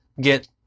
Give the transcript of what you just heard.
get